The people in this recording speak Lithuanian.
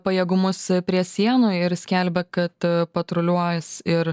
pajėgumus prie sienų ir skelbia kad patruliuos ir